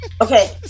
Okay